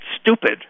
stupid